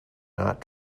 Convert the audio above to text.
not